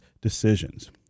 decisions